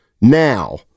now